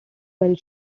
while